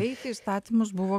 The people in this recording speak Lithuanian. eiti įstatymus buvo